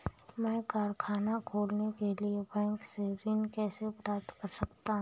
मैं कारखाना खोलने के लिए बैंक से ऋण कैसे प्राप्त कर सकता हूँ?